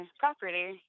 property